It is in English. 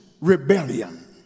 rebellion